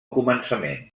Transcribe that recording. començament